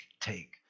take